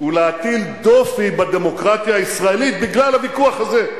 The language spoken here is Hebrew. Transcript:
הוא להטיל דופי בדמוקרטיה הישראלית בגלל הוויכוח הזה.